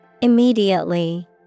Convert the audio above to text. Immediately